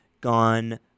gone